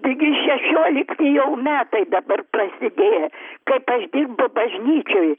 taigi šešiolikti jau metai dabar prasidėję kaip aš dirbu bažnyčioj